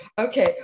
okay